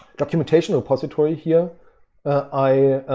documentation repository here i